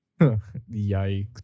Yikes